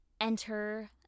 enter